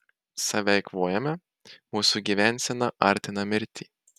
save eikvojame mūsų gyvensena artina mirtį